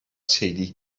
teulu